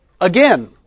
again